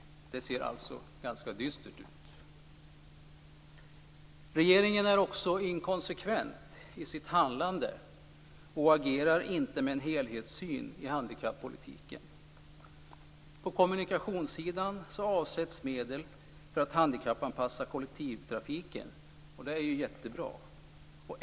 Det ser alltså ganska dystert ut. Regeringen är också inkonsekvent i sitt handlande och agerar inte med en helhetssyn i handikappolitiken. På kommunikationssidan avsätts medel för att handikappanpassa kollektivtrafiken. Det är ju jättebra.